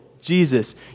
Jesus